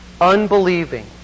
Unbelieving